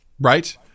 right